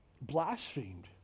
blasphemed